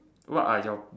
what are your